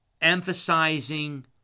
emphasizing